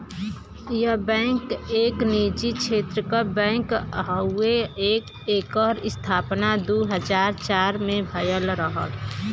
yes Bank एक निजी क्षेत्र क बैंक हउवे एकर स्थापना दू हज़ार चार में भयल रहल